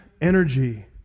energy